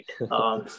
right